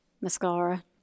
Mascara